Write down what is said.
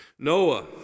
Noah